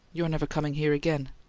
you're never coming here again!